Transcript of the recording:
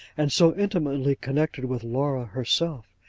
and so intimately connected with laura herself,